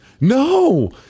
No